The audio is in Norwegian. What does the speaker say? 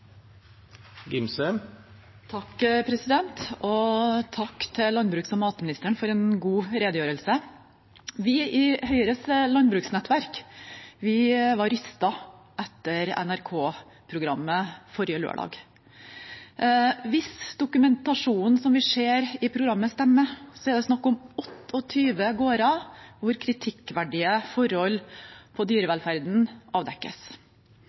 Takk til landbruks- og matministeren for en god redegjørelse. Vi i Høyres landbruksnettverk var rystet etter NRK-programmet forrige lørdag. Hvis dokumentasjonen som vi ser i programmet, stemmer, er det snakk om 28 gårder hvor kritikkverdige forhold i dyrevelferden avdekkes.